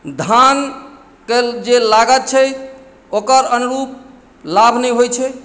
धानके जे लागत छै ओकर अनुरूप लाभ नहि होइत छै